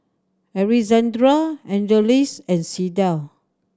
Alexandr Angeles and Sydell